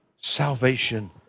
salvation